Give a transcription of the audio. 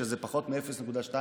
שזה פחות מ-0.2%